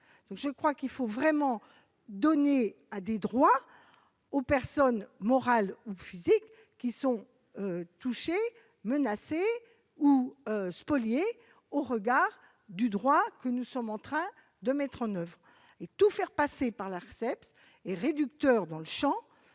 Je crois qu'il faut donner de vrais droits aux personnes morales ou physiques qui sont touchées, menacées, ou spoliées au regard des règles que nous sommes en train de mettre en place. Tout faire passer par l'Arcep réduit le champ